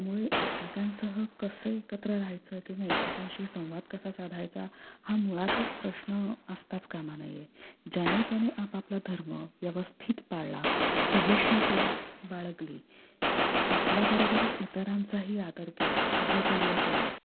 त्यामुळे एकमेकांसह कसं एकत्र राहायचं किंवा एकमेकांशी संवाद कसा साधायचा हा मुळातच प्रश्न असताच कामा नये ज्याने त्याने आपापला धर्म व्यवस्थित पाळला सहिष्णुता बाळगली आपल्याबरोबरच इतरांचाही आदर केला सहकार्य केलं